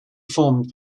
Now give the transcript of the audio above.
formed